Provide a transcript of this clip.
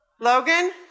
Logan